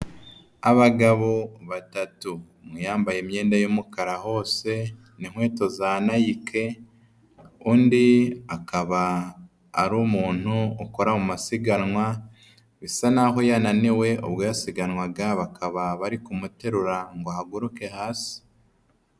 Abagabo batatu, umwe yambaye imyenda y'umukara hose n'inkweto za Nike, undi akaba ari umuntu ukora mu masiganwa bisa naho yananiwe ubwo yasiganwaga, bakaba bari kumuterura ngo ahaguruke hasi.